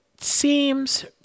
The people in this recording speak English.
seems